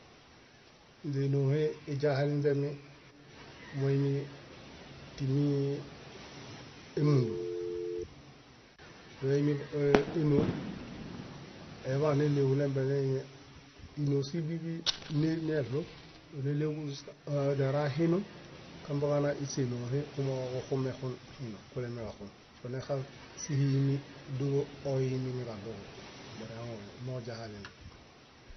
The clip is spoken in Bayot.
Ínze ínohe iźahalinzemi moimi timi émundun doimi éno eḃaan néɭeeġu nembe nee ínoosi bíḃi neɭu dónembienera hinum kambieġana iśeinoohe kumooġo kuxumexun hinum kulemekaxun donexas síhiimi dólo niġaɭuġo barehuŋuhe dojahalinze.